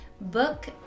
book